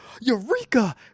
Eureka